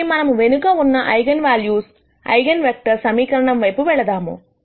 కాబట్టి మనము వెనుక ఉన్న ఐగన్ వాల్యూస్ ఐగన్ వెక్టర్స్ సమీకరణము వైపు వెళదాము